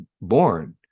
born